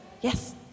Yes